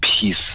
peace